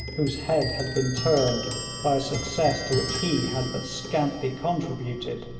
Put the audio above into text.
whose head had been turned by a success to which he had but scantly contributed,